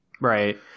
Right